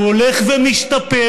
והוא הולך ומשתפר,